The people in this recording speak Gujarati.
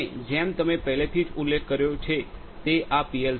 અને જેમ તમે પહેલેથી જ ઉલ્લેખ કર્યો છે તે આ પી